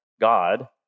God